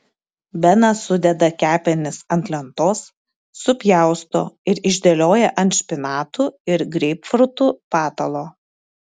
benas sudeda kepenis ant lentos supjausto ir išdėlioja ant špinatų ir greipfrutų patalo